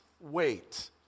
wait